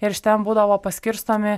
ir iš ten būdavo paskirstomi